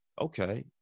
okay